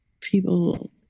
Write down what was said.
people